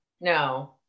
No